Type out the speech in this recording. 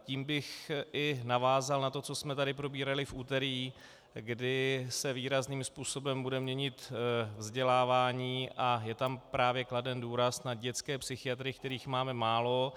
Tím bych i navázal na to, co jsme tady probírali v úterý, kdy se výrazným způsobem bude měnit vzdělávání, a je tam právě kladen důraz na dětské psychiatry, kterých máme málo.